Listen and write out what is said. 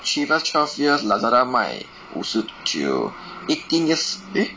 Chivas twelve year Lazada 卖五十九 eighteen years eh